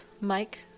Mike